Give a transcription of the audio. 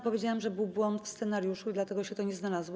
Powiedziałam, że był błąd w scenariuszu i dlatego się to nie znalazło.